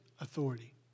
authority